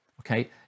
okay